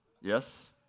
Yes